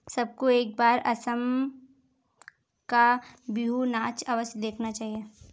सबको एक बार असम का बिहू नाच अवश्य देखना चाहिए